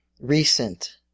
recent